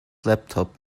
laptop